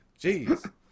Jeez